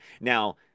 Now